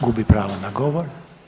Gubi pravo na govor.